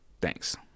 Thanks